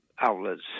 outlets